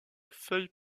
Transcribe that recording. feuilles